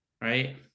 right